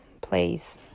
please